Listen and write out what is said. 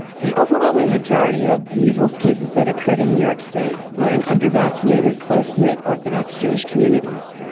the overwhelming majority of the measles cases that occurred in new york state were in under-vaccinated close-knit orthodox jewish communities.